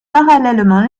parallèlement